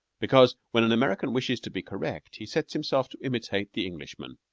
because when an american wishes to be correct he sets himself to imitate the englishman.